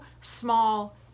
small